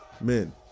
men